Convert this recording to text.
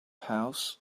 house